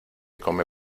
come